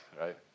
right